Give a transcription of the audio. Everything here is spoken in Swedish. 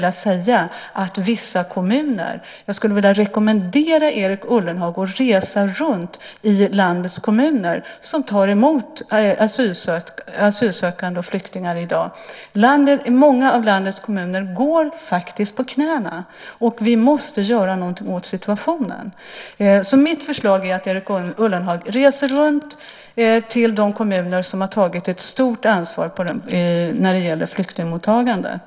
Jag skulle vilja rekommendera Erik Ullenhag att resa runt i landets kommuner som tar emot asylsökande och flyktingar i dag. Många av landets kommuner går på knäna, och vi måste göra någonting åt situationen. Mitt förslag är att Erik Ullenhag reser runt i de kommuner som har tagit ett stort ansvar när det gäller flyktingmottagandet.